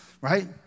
right